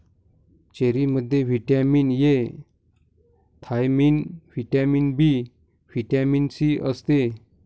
चेरीमध्ये vitamin A, thiamine, vitamin B, vitamin C असते